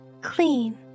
Clean